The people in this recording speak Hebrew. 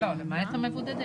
לא, למעט המבודדים.